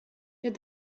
your